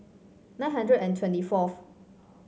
nine hundred and twenty fourth